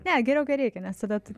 ne geriau kai reikia nes tada t